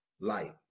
light